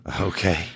Okay